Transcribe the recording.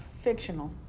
fictional